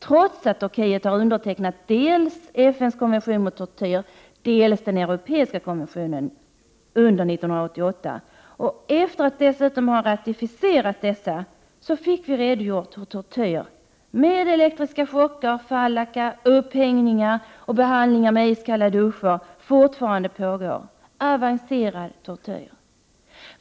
Trots att Turkiet har undertecknat dels FN:s konvention mot tortyr, dels den europeiska konventionen under 1988 och dessutom har ratificerat dessa, redogjordes för hur tortyr med elektriska chocker, falaka, upphängningar och behandlingar med iskalla duschar fortfarande pågår, dvs. avancerad tortyr.